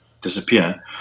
disappear